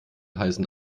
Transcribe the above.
heißen